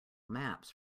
maps